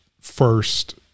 first